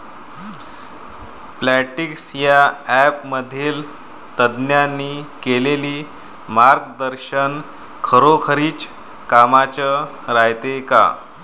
Plantix या ॲपमधील तज्ज्ञांनी केलेली मार्गदर्शन खरोखरीच कामाचं रायते का?